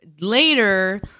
later